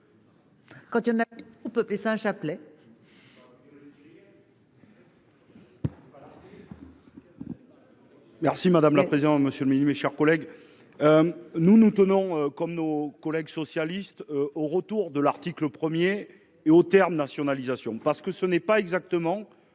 Quand on a, on peut Pessin chapelet. Julien. Merci madame la présidente, monsieur le midi. Mes chers collègues. Nous nous tenons comme nos collègues socialistes au retour de l'article 1er et au terme nationalisation parce que ce n'est pas exactement